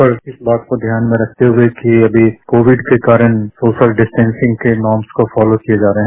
पर इस बात को ध्यान में रखते हुए कि अभी कोविड के कारण सोशल डिस्टेंसिंग के इनांस को फालो किये जा रहे हैं